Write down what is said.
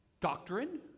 Doctrine